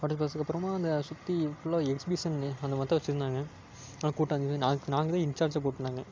படித்து பார்த்ததுக்கு அப்புறமா இந்த சுற்றி ஃபுல்லாக எக்ஸிபிஷன்னே அந்த மாதிரி தான் வெச்சுருந்தாங்க நல்லா கூட்டம் இருந்தது நாங் நாங்களே இன்சார்ஜாக போட்டிருந்தாங்க